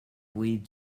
believed